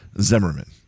Zimmerman